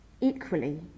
equally